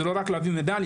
זה לא רק להביא מדליה.